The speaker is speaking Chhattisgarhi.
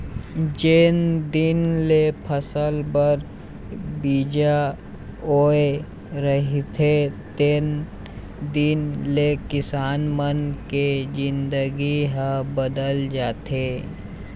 जेन दिन ले फसल बर बीजा बोय रहिथे तेन दिन ले किसान मन के जिनगी ह बदल जाथे